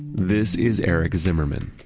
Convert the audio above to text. this is eric zimmerman.